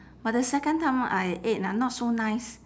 but the second time I ate ah not so nice